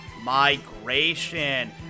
Migration